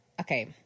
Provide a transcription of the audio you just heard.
okay